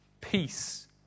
peace